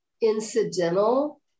incidental